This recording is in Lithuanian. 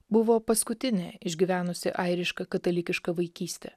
buvo paskutinė išgyvenusi airišką katalikišką vaikystę